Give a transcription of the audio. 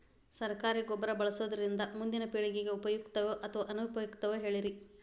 ಸರಕಾರಿ ಗೊಬ್ಬರ ಬಳಸುವುದರಿಂದ ಮುಂದಿನ ಪೇಳಿಗೆಗೆ ಉಪಯುಕ್ತವೇ ಅಥವಾ ಅನುಪಯುಕ್ತವೇ ಹೇಳಿರಿ